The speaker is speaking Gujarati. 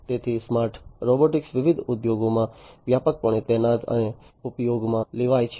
તેથી સ્માર્ટ રોબોટિક્સ વિવિધ ઉદ્યોગોમાં વ્યાપકપણે તૈનાત અને ઉપયોગમાં લેવાય છે